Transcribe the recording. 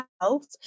health